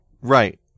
Right